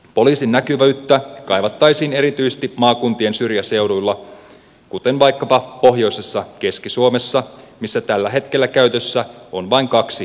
poliisin näkyvyyttä kaivattaisiin erityisesti maakuntien syrjäseuduilla kuten vaikkapa pohjoisessa keski suomessa missä tällä hetkellä käytössä on vain kaksi partiota